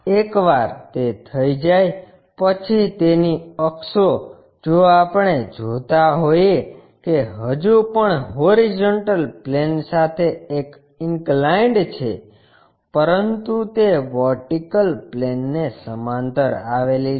એકવાર તે થઈ જાય પછી તેની અક્ષો જો આપણે જોતા હોઈએ કે હજુ પણ હોરીઝોન્ટલ પ્લેન સાથે એક ઈન્કલાઇનડ છે પરંતુ તે વર્ટિકલ પ્લેનને સમાંતર આવેલી છે